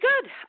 good